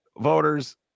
voters